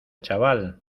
chaval